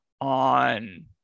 on